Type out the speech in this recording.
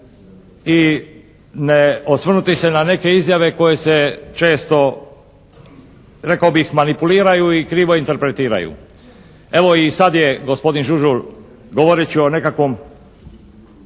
i ne osvrnuti se na neke izjave koje se često rekao bih manipuliraju i krivo interpretiraju. Evo, i sad je gospodin Žužul govoreći o nekakvom